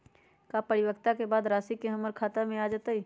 का परिपक्वता के बाद राशि हमर खाता में आ जतई?